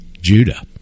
judah